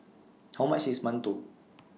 How much IS mantou